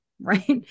right